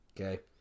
Okay